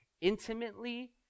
intimately